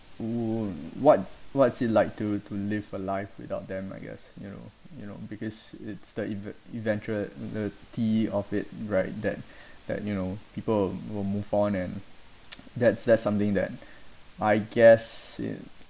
what what's it like to to live a life without them I guess you know you know because it's the eve~ eventuality of it right that that you know people will move on and that's that's something that I guess it